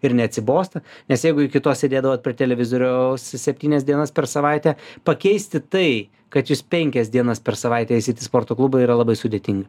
ir neatsibosta nes jeigu iki to sėdėdavot per televizoriaus septynias dienas per savaitę pakeisti tai kad jūs penkias dienas per savaitę eisit į sporto klubą yra labai sudėtinga